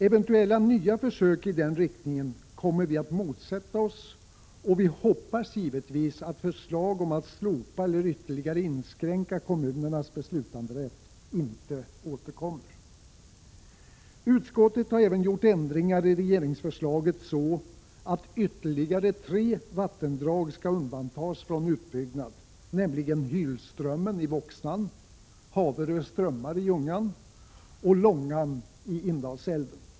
Eventuella nya försök i den riktningen kommer vi att motsätta oss, och vi hoppas givetvis att förslag om att slopa eller ytterligare inskränka kommunernas beslutanderätt inte återkommer. Utskottet har även gjort ändringar i regeringsförslaget så att ytterligare tre vattendrag skall undantas från utbyggnad, nämligen Hylströmmen i Voxnan, Haverö strömmar i Ljungan och Långan i Indalsälven.